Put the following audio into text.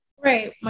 Right